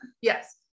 yes